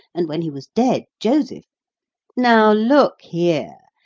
and when he was dead, joseph now look here,